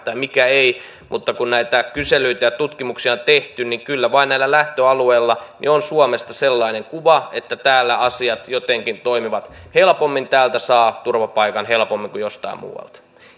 ja mikä ei mutta kun näitä kyselyitä ja tutkimuksia on tehty niin kyllä vain näillä lähtöalueilla on suomesta sellainen kuva että täällä asiat jotenkin toimivat helpommin täältä saa turvapaikan helpommin kuin jostain muualta